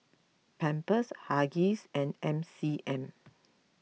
Pampers Huggies and M C M